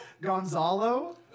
Gonzalo